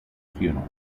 funerals